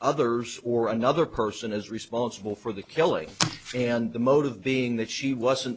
others or another person is responsible for the killing and the motive being that she wasn't